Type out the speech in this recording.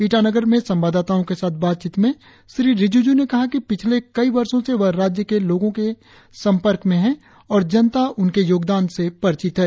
ईटानगर में संवाददाताओं के साथ बातचीत में श्री रिजिज्ञ ने कहा कि पिछले कई वर्षो से वह राज्य के लोगों के संपर्क में और जनता उनके योगदान को परिचित है